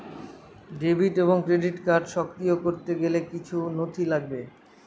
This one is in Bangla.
ডেবিট এবং ক্রেডিট কার্ড সক্রিয় করতে গেলে কিছু নথি লাগবে?